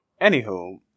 Anywho